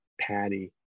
Patty